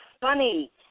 funny